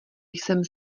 jsem